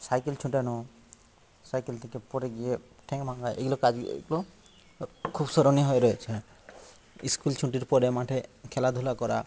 cycle ছোটানো cycle থেকে পড়ে গিয়ে ঠ্যাং ভাঙা এইগুলো কাজগুলো খুব স্মরণীয় হয়ে রয়েছে ইস্কুল ছুটির পরে মাঠে খেলাধুলা করা